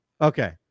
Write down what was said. okay